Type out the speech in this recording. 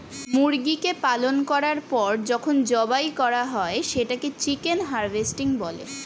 মুরগিকে পালন করার পর যখন জবাই করা হয় সেটাকে চিকেন হারভেস্টিং বলে